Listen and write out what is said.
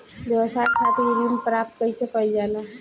व्यवसाय खातिर ऋण प्राप्त कइसे कइल जाला?